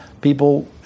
people